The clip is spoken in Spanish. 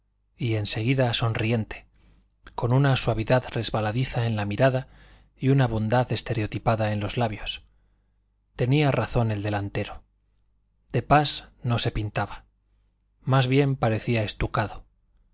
y en seguida sonriente con una suavidad resbaladiza en la mirada y una bondad estereotipada en los labios tenía razón el delantero de pas no se pintaba más bien parecía estucado